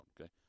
Okay